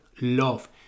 love